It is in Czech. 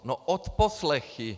No odposlechy.